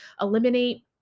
eliminate